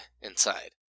inside